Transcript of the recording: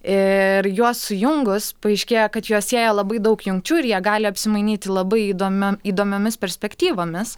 ir juos sujungus paaiškėja kad juos sieja labai daug jungčių ir jie gali apsimainyti labai įdomia įdomiomis perspektyvomis